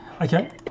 Okay